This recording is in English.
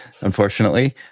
Unfortunately